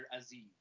Aziz